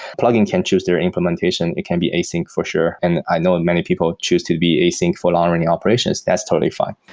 plugging can choose their implementation. it can be async for sure, and i now and many people choose to be async for long running operations. that's totally fine.